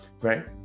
right